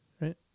right